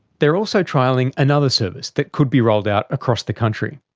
they're also trialling another service that could be rolled out across the country.